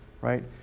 right